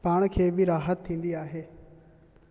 पाण खे बि राहत थींदी आहे